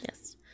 Yes